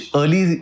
early